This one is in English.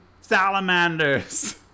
salamanders